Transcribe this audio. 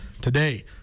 today